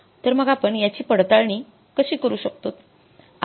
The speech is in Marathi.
तर मग आपण याची पडताळणी कशी करू शकतोत